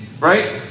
right